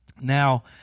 Now